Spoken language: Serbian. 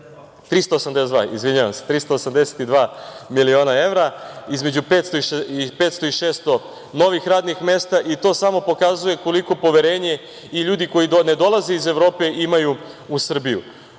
investicije, između 500 i 600 novih radnih mesta. To samo pokazuje koliko poverenje i ljudi koji ne dolaze iz Evrope imaju u Srbiju.